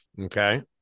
Okay